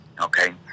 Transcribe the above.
Okay